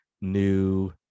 new